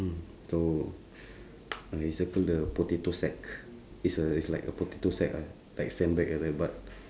mm so I circle the potato sack is uh is like a potato sack ah like a sandbag like that but